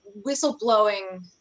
whistleblowing